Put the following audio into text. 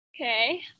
Okay